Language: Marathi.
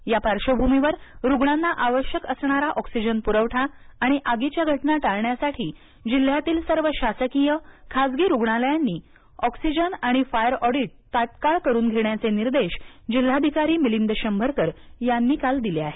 या पार्श्वभूमीवर रूग्णांना आवश्यक असणारा ऑक्सिजन पूरवठा आणि आगीच्या घटना टाळण्यासाठी जिल्ह्यातील सर्व शासकीय खाजगी रूग्णालयांनी ऑक्सिजन आणि फायर ऑडिट तात्काळ करून घेण्याचे निर्देश जिल्हाधिकारी मिलिंद शंभरकर यांनी काल दिले आहेत